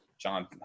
John